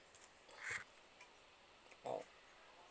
orh